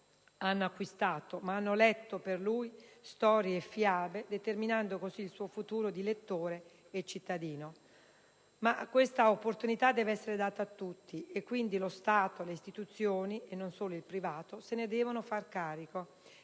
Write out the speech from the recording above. hanno acquistato, ma hanno letto per lui storie e fiabe, determinando così il suo futuro di lettore e di cittadino. Ma questa opportunità deve essere data a tutti e quindi lo Stato e le istituzioni, non solo il privato, se ne devono far carico